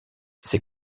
ses